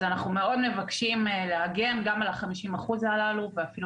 אז אנחנו מאוד מבקשים לעגן גם את ה-50% הללו ואפילו